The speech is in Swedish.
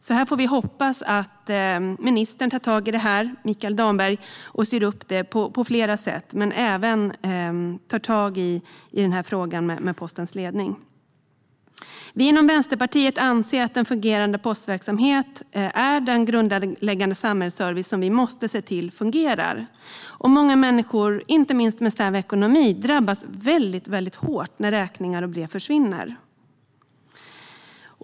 Så vi får hoppas att ministern, Mikael Damberg, tar tag i detta och styr upp det på flera sätt, även frågan om postens ledning. Vi i Vänsterpartiet anser att en fungerande postverksamhet är en grundläggande samhällsservice som vi måste se till fungerar. Många människor, inte minst med snäv ekonomi, drabbas väldigt hårt när räkningar och brev försvinner.